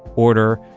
order,